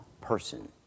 person